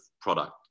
product